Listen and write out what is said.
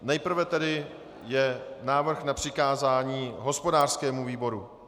Nejprve tedy je návrh na přikázání hospodářskému výboru.